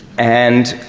and,